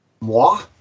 moi